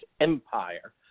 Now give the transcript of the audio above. empire